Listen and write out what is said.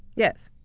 yes.